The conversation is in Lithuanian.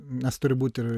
nes turi būti ir